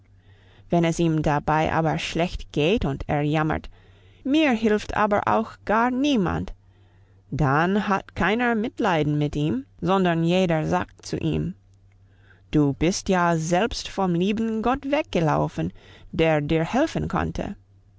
wenn es ihm dabei aber schlecht geht und er jammert mir hilft aber auch gar niemand dann hat keiner mitleiden mit ihm sondern jeder sagt zu ihm du bist ja selbst vom lieben gott weggelaufen der dir helfen konnte